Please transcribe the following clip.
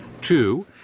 Two